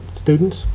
students